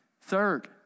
Third